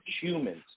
humans